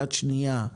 יד שניה,